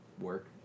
Work